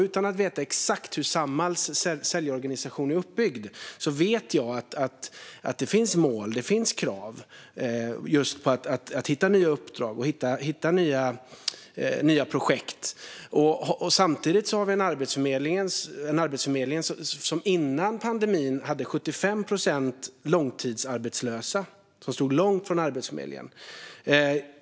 Utan att veta exakt hur Samhalls säljorganisation är uppbyggd vet jag att det finns mål och krav på att hitta nya uppdrag och nya projekt. Samtidigt har vi en arbetsförmedling som före pandemin hade 75 procent långtidsarbetslösa, alltså personer som stod långt från arbetsmarknaden.